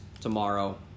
tomorrow